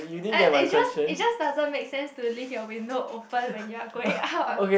I it just it just doesn't make sense to leave your window open when you are going out